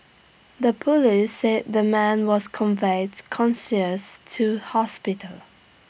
the Police said the man was conveyed conscious to hospital